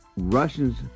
Russians